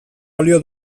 balio